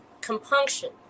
compunction